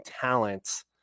talent